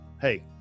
Hey